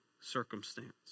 circumstance